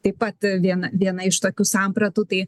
taip pat viena iš tokių sampratų tai